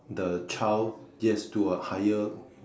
the child yes to a higher